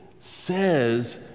says